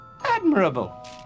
admirable